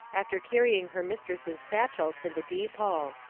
after carrying her mistress's satchel to the depot.